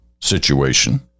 situation